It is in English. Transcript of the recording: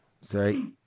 Sorry